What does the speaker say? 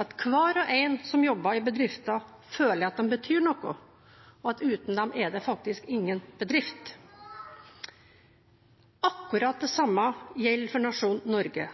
at hver og en som jobber i bedriften, føler at de betyr noe, og uten dem er det faktisk ingen bedrift. Akkurat det samme gjelder for nasjonen Norge.